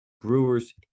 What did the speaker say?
Brewers